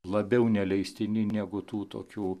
labiau neleistini negu tokių